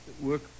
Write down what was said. work